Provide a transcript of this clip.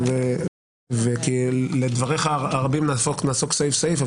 ולדבריך הרבנים נעסוק סעיף-סעיף.